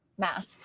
Math